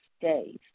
days